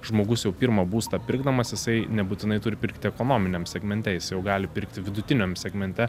žmogus jau pirmą būstą pirkdamas jisai nebūtinai turi pirkti ekonominiam segmente jis jau gali pirkti vidutiniam segmente